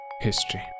history